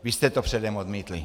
Vy jste to předem odmítli.